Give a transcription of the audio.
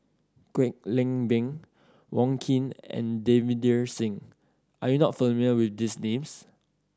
Kwek Leng Beng Wong Keen and Davinder Singh are you not familiar with these names